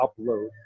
upload